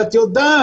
את יודעת,